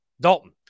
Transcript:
Dalton